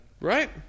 Right